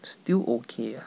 still okay ah